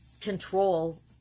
control